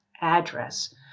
address